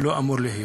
ולא אמור להיות,